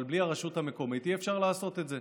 אבל בלי הרשות המקומית אי-אפשר לעשות את זה.